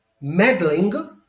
meddling